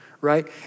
right